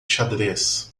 xadrez